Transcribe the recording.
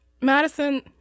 Madison